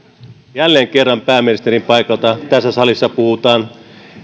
jälleen kerran pääministerin paikalta tässä salissa puhutaan